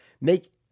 make –